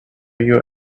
you